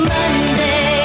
Monday